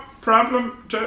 problem